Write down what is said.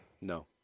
No